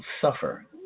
suffer